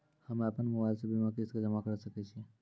हम्मे अपन मोबाइल से बीमा किस्त जमा करें सकय छियै?